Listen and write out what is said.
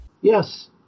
Yes